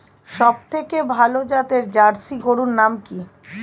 সবথেকে ভালো জাতের জার্সি গরুর নাম কি?